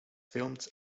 filmed